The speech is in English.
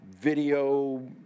video